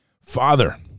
Father